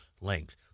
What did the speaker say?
length